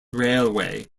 railway